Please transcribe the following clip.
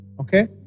Okay